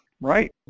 Right